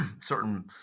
certain